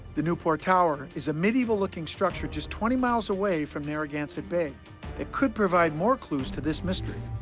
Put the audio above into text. the newport tower is a medieval-looking structure just twenty miles away from narragansett bay that could provide more clues to this mystery.